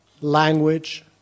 language